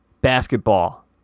basketball